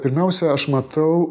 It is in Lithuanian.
pirmiausia aš matau